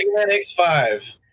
X5